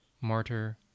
martyr